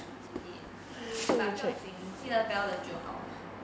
is it okay but 不要紧你记得 dell 的就好